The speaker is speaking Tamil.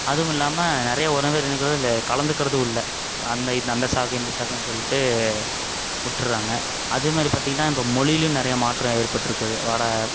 அதுவும் இல்லாமல் நிறைய உறவினர்கள் கலந்துக்கிறதுவும் இல்லை அந்த இந் அந்தச் சாக்கு இந்தச் சாக்குன்னு சொல்லிட்டு விட்டுட்றாங்க அதே மாரி பார்த்தீங்கன்னா இப்போ மொழிலேயும் நிறையா மாற்றம் ஏற்பட்டிருக்குது வட